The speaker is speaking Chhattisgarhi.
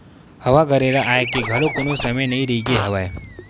हवा गरेरा आए के घलोक कोनो समे नइ रहिगे हवय